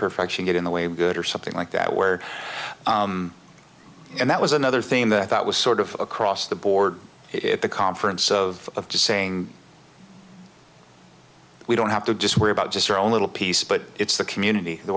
perfection get in the way good or something like that where and that was another thing that i thought was sort of across the board it the conference of just saying we don't have to just worry about just our own little piece but it's the community the